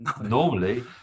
Normally